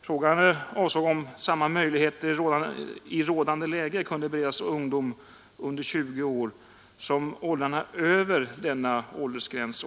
Frågan avsåg om i rådande läge samma möjligheter kunde beredas ungdom under 20 år som grupperna över denna åldersgräns.